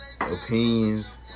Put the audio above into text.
opinions